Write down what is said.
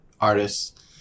artists